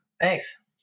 Thanks